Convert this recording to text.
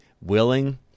willing